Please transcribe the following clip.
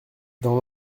dans